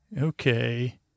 Okay